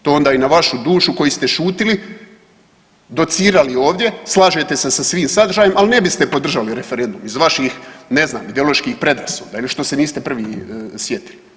To onda i na vašu dušu koji ste šutili, docirali ovdje, slažete se sa svim sadržajem, al ne biste podržali referendum iz vaših ne znam ideoloških predrasuda ili što ste niste prvi sjetili.